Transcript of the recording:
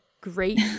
great